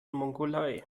mongolei